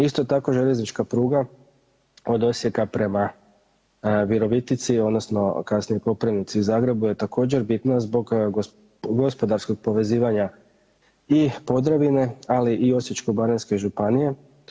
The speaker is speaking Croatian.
Isto tako željeznička pruga od Osijeka prema Virovitici odnosno kasnije Koprivnici i Zagrebu je također bitna zbog gospodarskog povezivanja i Podravine, ali i Osječko-baranjske županije.